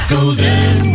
Golden